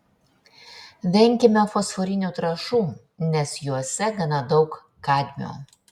venkime fosforinių trąšų nes jose gana daug kadmio